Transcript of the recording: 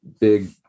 big